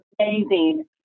amazing